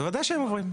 בוודאי שהם עוברים.